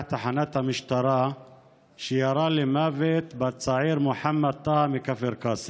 תחנת המשטרה שירה למוות בצעיר מוחמד טאהא מכפר קאסם.